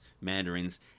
mandarins